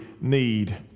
need